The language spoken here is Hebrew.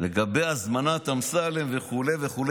לגבי הזמנת אמסלם וכו' וכו',